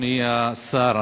אדוני השר,